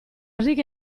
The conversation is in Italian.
riga